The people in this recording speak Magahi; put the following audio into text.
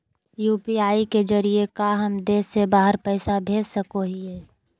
यू.पी.आई के जरिए का हम देश से बाहर पैसा भेज सको हियय?